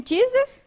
Jesus